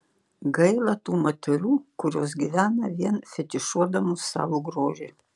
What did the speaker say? gaila tų moterų kurios gyvena vien fetišuodamos savo grožį